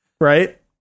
right